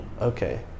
Okay